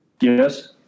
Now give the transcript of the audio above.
Yes